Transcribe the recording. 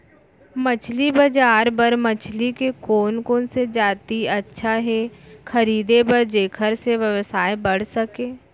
मछली बजार बर मछली के कोन कोन से जाति अच्छा हे खरीदे बर जेकर से व्यवसाय बढ़ सके?